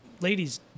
Ladies